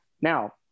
Now